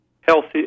healthy